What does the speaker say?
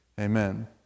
Amen